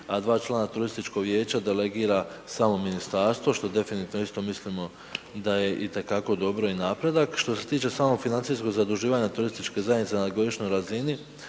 a dva člana turističkog vijeća delegira samo ministarstvo što definitivno isto mislimo da je itekako dobro i napredak. Što se tiče samog financijskog zaduživanja turističke zajednice na godišnjoj razini,